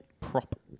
prop